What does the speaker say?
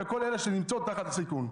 וכל אלה שנמצאות בקבוצות סיכון.